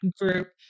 group